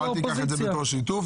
אל תיקח את זה בתור שיתוף,